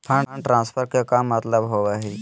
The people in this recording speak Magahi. फंड ट्रांसफर के का मतलब होव हई?